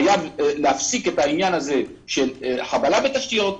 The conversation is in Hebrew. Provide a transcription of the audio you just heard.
חייבים להפסיק את החבלה בתשתיות,